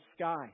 sky